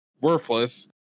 worthless